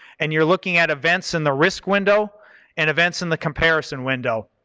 and you're looking at events in the risk window and events in the comparison window.